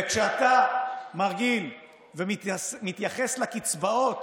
וכשאתה מרגיל ומתייחס לקצבאות